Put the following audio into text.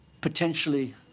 potentially